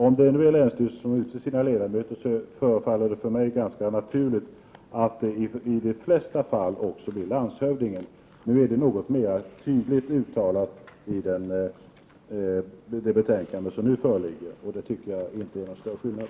Om det nu är länsstyrelsen som utser sina ledamöter, så förefaller det för mig ganska naturligt att det i de flesta fall också blir landshövdingen. I det nu föreliggande betänkandet är detta något mera tydligt uttalat. Jag tycker inte att det rör sig om någon större skillnad.